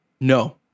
No